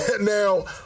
now